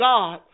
God